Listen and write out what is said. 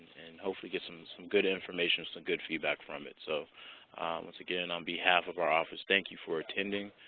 and hopefully, get some some good information, some good feedback from it. so once again, on behalf of our office, thank you for attending.